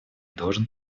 должен